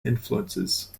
influences